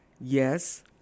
Yes